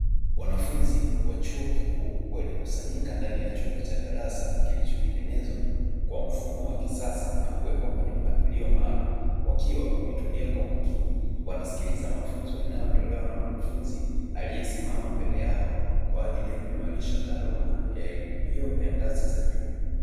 Wanafunzi wa chuo kikuu, waliokisanyika ndani ya chumba cha darasa kilichotengenezwa kwa mfumo wa kisasa na kuwekwa kwa mpangilio maalumu, wakiwa wanasikiliza kwa umakini mafunzo yanayotolewa na mkufunzi aliyesimama mbele yao, kwa ajili ya kuimarisha taaluma ya elimu hiyo ya ngazi za juu.